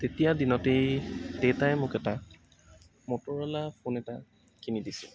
তেতিয়া দিনতেই দেউতাই মোক এটা মট'ৰ'লা ফোন এটা কিনি দিছে